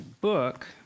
book